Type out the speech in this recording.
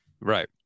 right